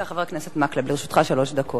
בבקשה, חבר הכנסת מקלב, לרשותך שלוש דקות.